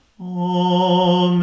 Amen